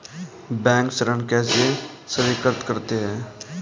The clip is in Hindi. बैंक ऋण कैसे स्वीकृत करते हैं?